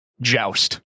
joust